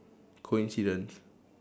coincidence